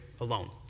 alone